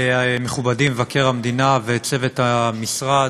מכובדי מבקר המדינה וצוות המשרד,